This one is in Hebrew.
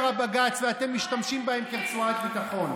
הבג"ץ ואתם משתמשים בהם כרצועת ביטחון.